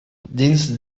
dins